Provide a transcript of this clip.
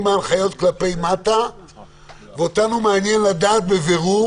ההנחיות כלפי מטה ואותנו מעניין לדעת בבירור